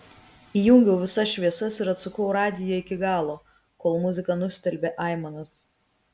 įjungiau visas šviesas ir atsukau radiją iki galo kol muzika nustelbė aimanas